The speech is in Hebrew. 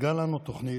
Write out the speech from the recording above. הוצגה לנו תוכנית,